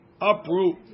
uproot